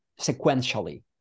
sequentially